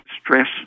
stress